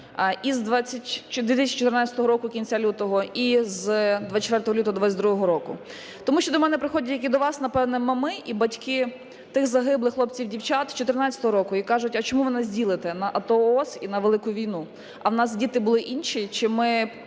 із 2014 року, кінця лютого, і з 24 лютого 2022 року. Тому що до мене приходять, як і до вас, напевно, мами і батьки тих загиблих хлопців і дівчат з 14-го року і кажуть: а чому ви нас ділите на АТО/ООС і на велику війну, а у нас діти були інші, чи ми